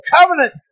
covenant